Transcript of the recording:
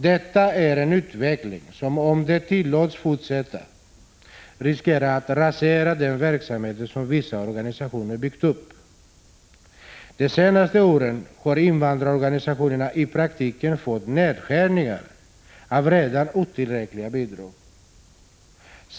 Detta är en utveckling som, om den tillåts fortsätta, riskerar att rasera den verksamhet som vissa organisationer byggt upp. De senaste åren har invandrarorganisationerna i praktiken fått nedskärningar av redan otillräckliga bidrag.